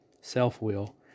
self-will